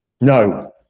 No